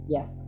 Yes